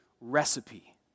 recipe